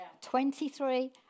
23